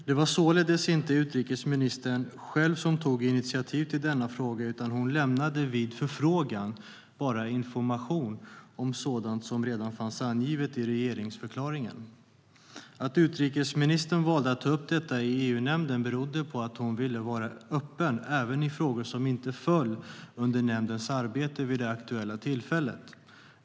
Det var således inte utrikesministern själv som tog initiativ till denna fråga, utan hon lämnade vid förfrågan bara information som redan fanns angivet i regeringsförklaringen. Att utrikesministern valde att ta upp detta i EU-nämnden berodde på att hon ville vara öppen även i frågor som inte föll under nämndens arbete vid det aktuella tillfället.